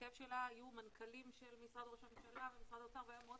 בהרכב שלה היו מנכ"לים של משרד ראש הממשלה ומשרד האוצר והיה מאוד